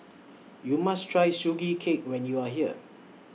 YOU must Try Sugee Cake when YOU Are here